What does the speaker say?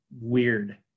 weird